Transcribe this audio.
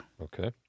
Okay